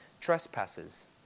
trespasses